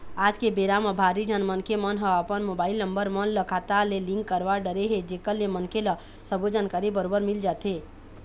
आज के बेरा म भारी झन मनखे मन ह अपन मोबाईल नंबर मन ल खाता ले लिंक करवा डरे हे जेकर ले मनखे ल सबो जानकारी बरोबर मिल जाथे